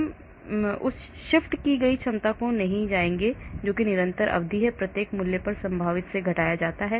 हम उस शिफ्ट की गई क्षमता में नहीं जाएंगे जो कि निरंतर अवधि है प्रत्येक मूल्य पर संभावित से घटाया जाता है